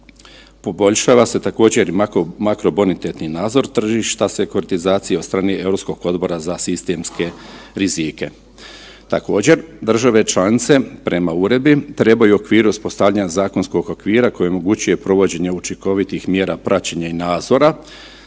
Poboljšava se također i makrobonitetni nadzor tržišta sekuratizacije od strane Europskog odbora za sistemske rizike. Također, države članice prema uredbi trebaju u okviru uspostavljanja zakonskog okvira koji omogućuje provođenje učinkovitih mjera praćenja i nadzora